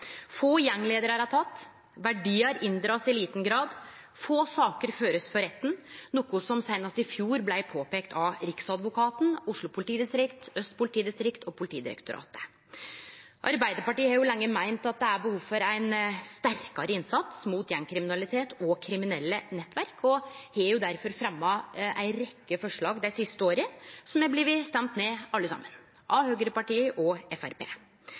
Få gjengleiarar er tekne, verdiar blir inndregne i liten grad, få saker blir førte for retten, noko som seinast i fjor blei peikt på av Riksadvokaten, Oslo politidistrikt, Øst politidistrikt og Politidirektoratet. Arbeidarpartiet har lenge meint at det er behov for ein sterkare innsats mot gjengkriminalitet og kriminelle nettverk, og me har derfor fremja ei rekkje forslag dei siste åra som har blitt stemte ned, alle saman, av høgreparti og